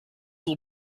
will